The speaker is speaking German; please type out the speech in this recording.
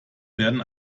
werden